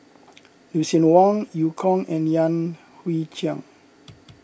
Lucien Wang Eu Kong and Yan Hui Chang